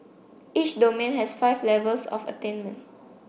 each domain has five levels of attainment